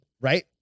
Right